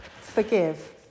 forgive